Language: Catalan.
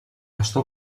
està